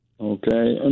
Okay